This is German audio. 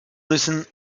müssen